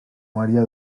maria